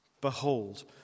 Behold